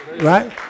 Right